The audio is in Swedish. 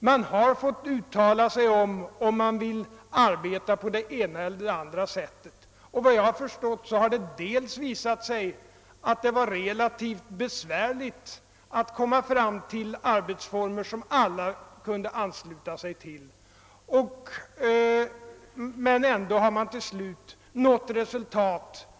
Lärarna har fått uttala sig om huruvida man vill arbeta på det ena eller andra sättet. Efter vad jag förstått har det visat sig att det var re lativt besvärligt att komma fram till arbetsformer som alla kunde ansluta sig till. Ändå har man till slut nått resultat som